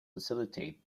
facilitate